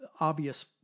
obvious